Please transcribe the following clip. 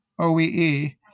OEE